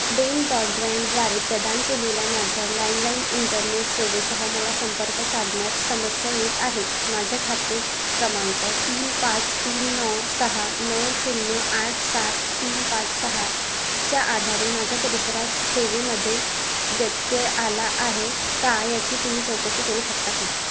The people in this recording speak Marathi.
डेन ब्रॉडब्रँडद्वारे प्रदान केलेल्या माझ्या लँडलाईन इंटरनेट सेवेसह मला संपर्क साधण्यात समस्या येत आहेत माझ्या खाते क्रमांक तीन पाच तीन नऊ सहा नऊ शून्य आठ सात तीन पाच सहाच्या आधारे माझ्या परिसरात सेवेमध्ये व्यत्यय आला आहे का याची तुम्ही चौकशी करू शकता का